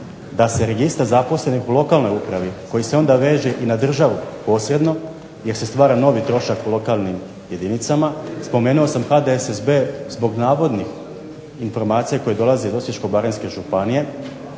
da se registar zaposlenih u lokalnoj upravi koji se onda veže i na državu posredno jer se stvara novi trošak u lokalnim jedinicama, spomenuo sam HDSSB zbog navodnih informacija koje dolaze od Osječko-baranjske županije,